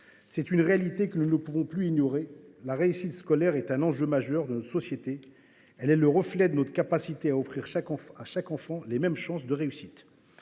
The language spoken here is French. C’est une réalité que nous ne pouvons plus ignorer, la réussite scolaire est un enjeu majeur de notre société, elle est le reflet de notre capacité à offrir à chaque enfant les mêmes chances de succès,